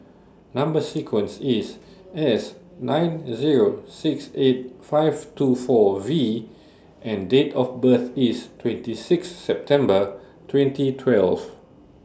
Number sequence IS S nine Zero six eight five two four V and Date of birth IS twenty six September twenty twelve